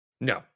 No